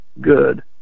good